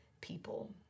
people